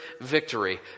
victory